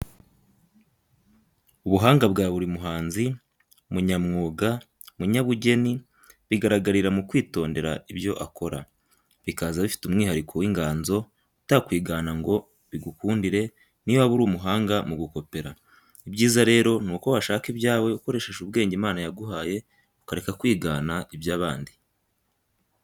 Ubuhanga bwa buri muhanzi, munyamwuga, munyabugeni, bigaragarira mu kwitondera ibyo akora, bikaza bifite umwihariko w'inganzo utakwigana ngo bigukundire n'iyo waba uri umuhanga mu gukopera. Ibyiza rero ni uko washaka ibyawe ukoresheje ubwenge Imana yaguhaye ukareka kwigana iby'abandi.